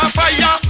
fire